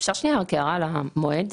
אפשר הערה למועד?